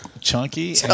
Chunky